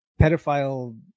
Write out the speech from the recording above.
pedophile